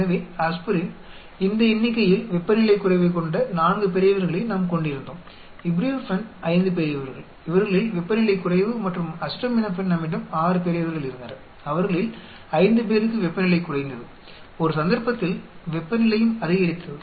எனவே ஆஸ்பிரின் இந்த எண்ணிக்கையில் வெப்பநிலை குறைவைக் கொண்ட 4 பெரியவர்களை நாம் கொண்டிருந்தோம் இப்யூபுரூஃபன் 5 பெரியவர்கள் இவர்களில் வெப்பநிலை குறைவு மற்றும் அசிடமினோபன் நம்மிடம் 6 பெரியவர்கள் இருந்தனர் அவர்களில் 5 பேருக்கு வெப்பநிலை குறைந்தது ஒரு சந்தர்ப்பத்தில் வெப்பநிலையும் அதிகரித்தது